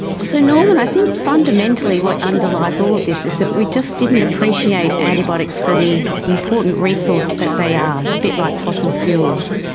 so norman, i think fundamentally what underlies all of this is that we just didn't appreciate antibiotics for the important resource that they are, a bit like fossil fuels.